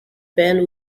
band